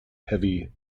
heavy